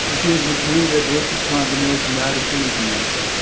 یُتھُے حظ بہٕ تھوٗل یا دۄد چھُس کھیٚوان تہٕ مےٚ حظ چھِ میٛادَس صحیح پین کَران